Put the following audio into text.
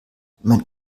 mein